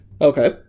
Okay